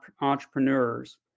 entrepreneurs